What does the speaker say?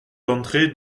d’entrée